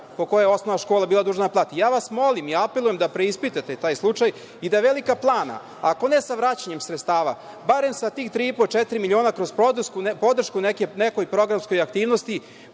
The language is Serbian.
po kojoj osnovna škola bila dužna da plati. Molim Vas i apelujem da preispitate taj slučaj, i da Velika Plana, ako ne sa vraćanjem sredstava, barem sa tih 3,5, četiri miliona, kroz podršku nekoj programskoj aktivnosti